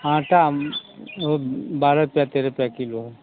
आँटा हम बारह रुपया तेरह रुपया किलो है